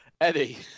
Eddie